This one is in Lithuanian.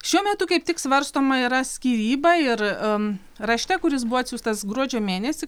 šiuo metu kaip tik svarstoma yra skyryba ir rašte kuris buvo atsiųstas gruodžio mėnesį